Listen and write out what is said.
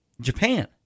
Japan